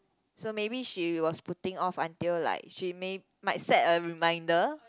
so maybe she was putting off until like she may might set a reminder